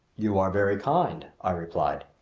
you are very kind, i replied.